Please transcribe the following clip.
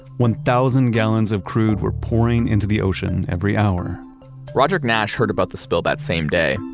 one thousand gallons of crude were pouring into the ocean every hour roderick nash heard about the spill that same day,